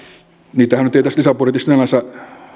niitähän ei nyt tässä lisäbudjetissa sinällänsä